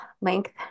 length